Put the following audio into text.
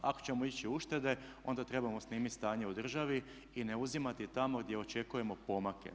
Ako ćemo ići na uštede onda trebamo snimiti stanje u državi i ne uzimati tamo gdje očekujemo pomake.